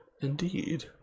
Indeed